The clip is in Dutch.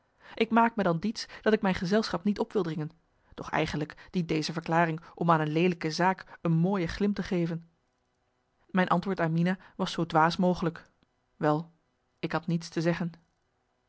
ik maak me dan diets dat ik mijn gezelschap niet op wil dringen doch eigenlijk dient deze verklaring om aan een leelijke zaak een mooie glimp te geven mijn antwoord aan mina was zoo dwaas mogelijk wel ik had niets te zeggen